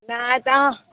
नहि तऽ अहाँ